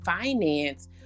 finance